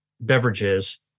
beverages